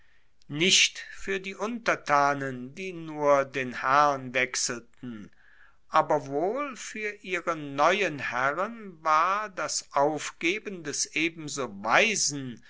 nicht fuer die untertanen die nur den herrn wechselten aber wohl fuer ihre neuen herren war das aufgeben des ebenso weisen